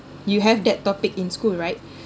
you have that topic in school right